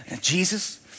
Jesus